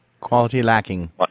Quality-lacking